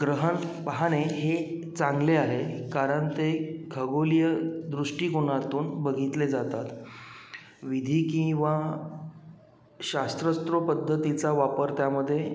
ग्रहण पाहणे हे चांगले आहे कारण ते खगोलीय दृष्टिकोनातून बघितले जातात विधी किंवा शास्त्रोक्त पद्धतीचा वापर त्यामधे